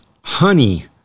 honey